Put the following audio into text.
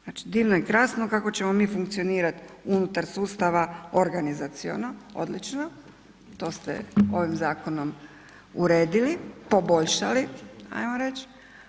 Znači divno i krasno kako ćemo mi funkcionirati unutar sustava organizaciono, odlično, to ste ovim zakonom uredili, poboljšali ajmo reći.